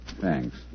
Thanks